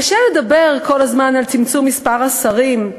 קשה לדבר כל הזמן על צמצום מספר השרים,